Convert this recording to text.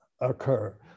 occur